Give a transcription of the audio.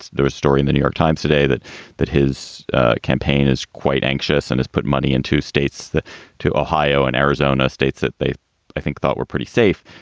there's a story in the new york times today that that his campaign is quite anxious and has put money in two states to ohio and arizona, states that they think thought were pretty safe.